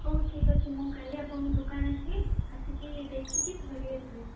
ହଉ ଠିକ୍ ଅଛି ମୁଁ କାଲି ଆପଣଙ୍କ ଦୋକାନ ଆସିବି ଆସିକି ଦେଖିକି ଧରି ଆସିବି